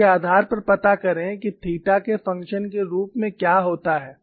इसके आधार पर पता करें थीटा के फंक्शन के रूप में क्या होता है